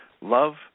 love